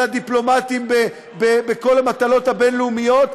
הדיפלומטים בכל המטלות הבין-לאומיות,